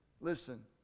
listen